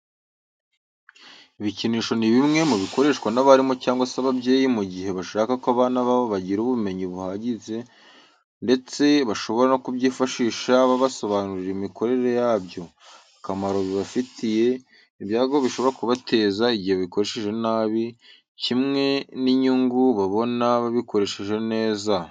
Ibikinisho ni bimwe mu bikoreshwa n'abarimu cyangwa se ababyeyi mu gihe bashaka ko abana babo bagira ubumenyi buhagije ndetse bashobora no kubyifashisha babasobanurira imikorere yabyo, akamaro bibafitiye, ibyago bishobora kubateza igihe babikoresheje nabi kimwe n'inyungu babona babikoresheje neza.